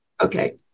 Okay